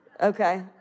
okay